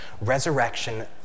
resurrection